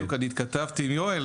בדיוק התכתבתי עם יואל,